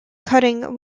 cutting